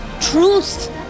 Truth